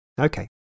Okay